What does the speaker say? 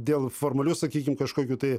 dėl formalių sakykim kažkokių tai